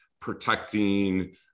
protecting